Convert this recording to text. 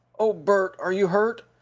oh, bert! are you hurt?